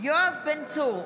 יואב בן צור,